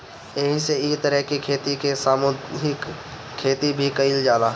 एही से इ तरह के खेती के सामूहिक खेती भी कहल जाला